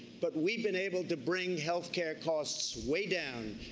but we've been able to bring health care costs way down.